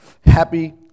happy